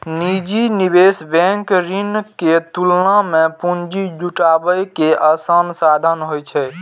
निजी निवेश बैंक ऋण के तुलना मे पूंजी जुटाबै के आसान साधन होइ छै